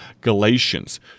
Galatians